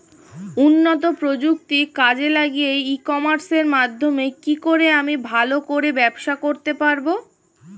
উন্নত প্রযুক্তি কাজে লাগিয়ে ই কমার্সের মাধ্যমে কি করে আমি ভালো করে ব্যবসা করতে পারব?